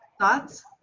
Thoughts